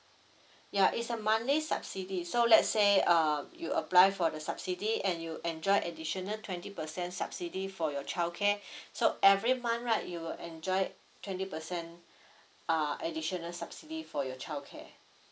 ya is a monthly subsidy so let's say um you apply for the subsidy and you enjoy additional twenty percent subsidy for your childcare so every month right you will enjoy twenty percent uh additional subsidy for your child care